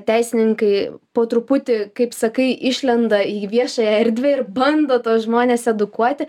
teisininkai po truputį kaip sakai išlenda į viešąją erdvę ir bando tuos žmones edukuoti